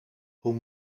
hoe